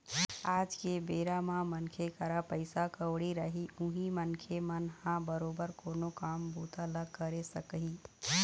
आज के बेरा म मनखे करा पइसा कउड़ी रही उहीं मनखे मन ह बरोबर कोनो काम बूता ल करे सकही